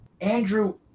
Andrew